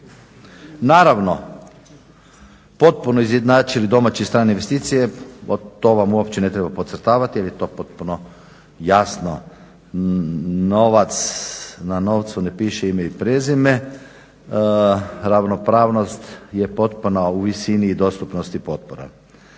naravno potpuno izjednačili domaće i strane investicije, to vam uopće ne trebam podcrtavati jer je to potpuno jasno. Na novcu ne piše ime i prezime, ravnopravnost je potpuna u visini i dostupnosti potpora.